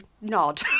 nod